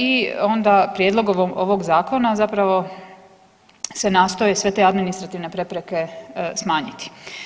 I onda prijedlogom ovog zakona zapravo se nastoje sve te administrativne prepreke smanjiti.